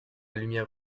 lumière